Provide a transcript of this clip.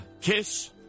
Kiss